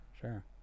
sure